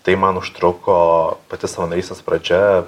tai man užtruko pati savanorystės pradžia